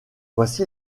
voici